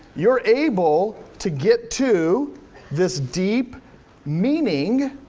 you're able to get to this deep meaning,